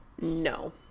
No